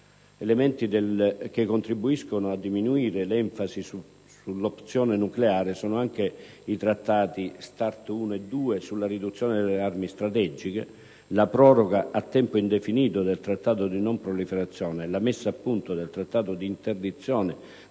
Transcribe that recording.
Elementi che contribuiscono a diminuire l'enfasi sull'opzione nucleare sono anche i Trattati START 1 e 2 sulla riduzione delle armi strategiche, la proroga a tempo indefinito del Trattato di non proliferazione e la messa a punto del Trattato di interdizione